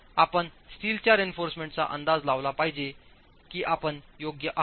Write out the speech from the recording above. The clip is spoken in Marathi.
आपण स्टीलच्या रेइन्फॉर्समेंटचा अंदाज लावला पाहिजे की आपण योग्य आहोत